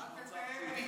הוא נמצא איתכם.